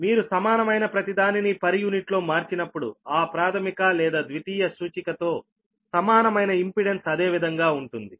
మీరు సమానమైన ప్రతిదానిని పర్ యూనిట్ లో మార్చినప్పుడు ఆ ప్రాధమిక లేదా ద్వితీయ సూచికతో సమానమైన ఇంపెడెన్స్ అదే విధంగా ఉంటుంది